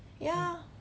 ya